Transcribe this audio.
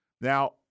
Now